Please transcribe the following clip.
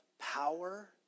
power